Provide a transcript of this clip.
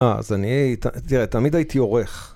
אה, אז אני... תראה, תמיד הייתי עורך.